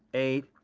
eight,